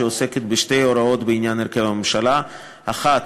שעוסקת בשתי הוראות בעניין הרכב הממשלה: האחת,